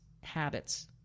habits